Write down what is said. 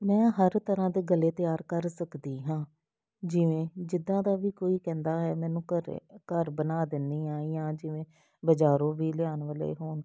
ਮੈਂ ਹਰ ਤਰ੍ਹਾਂ ਦੇ ਗਲੇ ਤਿਆਰ ਕਰ ਸਕਦੀ ਹਾਂ ਜਿਵੇਂ ਜਿੱਦਾਂ ਦਾ ਵੀ ਕੋਈ ਕਹਿੰਦਾ ਹੈ ਮੈਨੂੰ ਘਰੇ ਘਰ ਬਣਾ ਦਿੰਦੀ ਹਾਂ ਜਾਂ ਜਿਵੇਂ ਬਜ਼ਾਰੋਂ ਵੀ ਲਿਆਉਣ ਵਾਲੇ ਹੋਣ